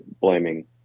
blaming